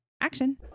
action